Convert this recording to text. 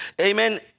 amen